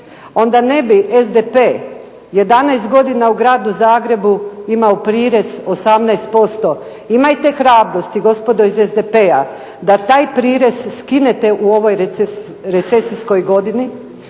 onda ne bi SDP jedanaest godina u gradu Zagrebu imao prirez 18%. Imajte hrabrosti gospodo iz SDP-a da taj prirez skinete u recesijskoj godini